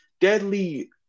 deadly